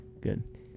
Good